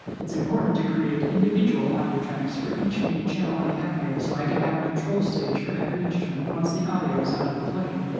it's important to create individual audio tracks for each midi channel i have here so i can have a control stage for every instrument once the audio is out of the plug-in.